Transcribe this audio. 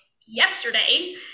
yesterday